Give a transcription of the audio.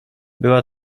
była